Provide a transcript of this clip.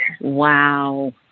Wow